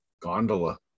Gondola